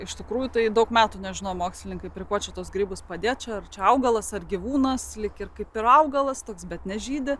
iš tikrųjų tai daug metų nežinau mokslininkai prie kuo čia tuos grybus padėt čia ar čia augalas ar gyvūnas lyg ir kaip ir augalas toks bet nežydi